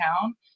town